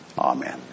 Amen